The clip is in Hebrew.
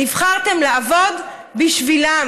נבחרנו לעבוד בשבילם?